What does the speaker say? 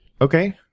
Okay